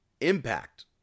impact